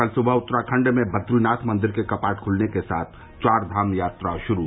कल सुबह उत्तराखंड में बद्रीनाथ मंदिर के कपाट खुलने के साथ चार धाम यात्रा शुरू